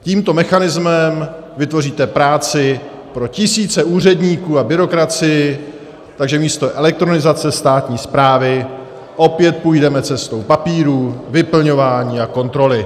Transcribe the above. Tímto mechanismem vytvoříte práci pro tisíce úředníků a byrokracii, takže místo elektronizace státní správy opět půjdeme cestou papírů, vyplňování a kontroly.